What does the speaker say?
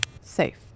Safe